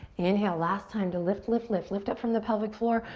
inhale, last time to lift, lift, lift. lift up from the pelvic floor,